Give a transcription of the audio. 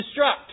destruct